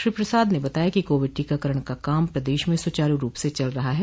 श्री प्रसाद ने बताया कि कोविड टीकाकरण का काम प्रदेश में सुचारू रूप से चल रहा है